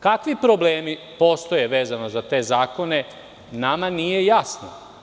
Kakvi problemi postoje vezano za te zakone, nama nije jasno.